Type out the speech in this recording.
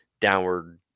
downward